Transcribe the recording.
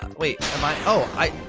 wait am i oh i.